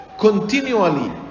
Continually